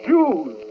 Jews